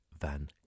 Van